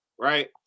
right